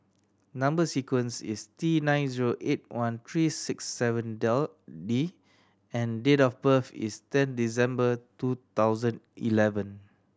number sequence is T nine zero eight one three six seven Deal D and date of birth is ten December two thousand eleven